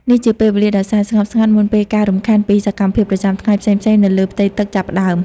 នេះជាពេលវេលាដ៏សែនស្ងប់ស្ងាត់ មុនពេលការរំខានពីសកម្មភាពប្រចាំថ្ងៃផ្សេងៗនៅលើផ្ទៃទឹកចាប់ផ្តើម។